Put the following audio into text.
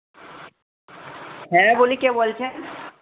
হ্যাঁ বলি কে বলছেন